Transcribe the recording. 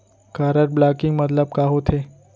Card blocking मतलब का होथे?